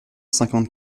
cinquante